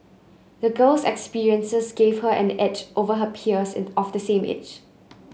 the girl's experiences gave her an edge over her peers of the same age